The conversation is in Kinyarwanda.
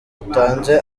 utanze